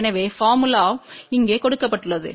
எனவே போர்முலாம் இங்கே கொடுக்கப்பட்டுள்ளது